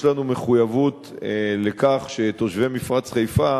יש לנו מחויבות לכך שתושבי מפרץ חיפה